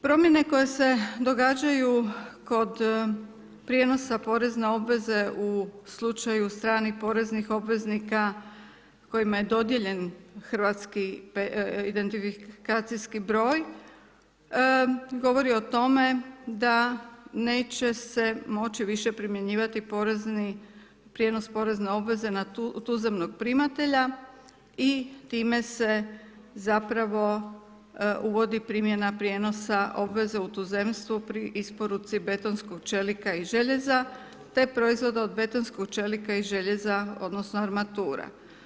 Promjene koje se događaju kod prijenosa porezne obveze u slučaju strani poreznih obveznika kojima je dodijeljen porezni identifikacijski broj govori o tome da neće se moći više primjenjivati porezni, prijenos porezne obveze na tuzemnog primatelja i time se zapravo uvodi primjena prijenosa obveze u tuzemstvu pri isporuci betonskog čelika i željeza te proizvoda od betonskog čelika i željeza, odnosno armatura.